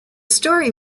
story